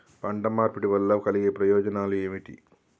పంట మార్పిడి వల్ల కలిగే ప్రయోజనాలు ఏమిటి?